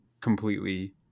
completely